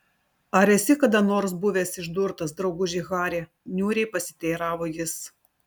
ar esi kada nors buvęs išdurtas drauguži hari niūriai pasiteiravo jis